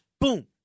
boom